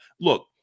Look